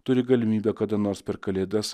turi galimybę kada nors per kalėdas